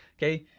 okay?